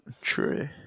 True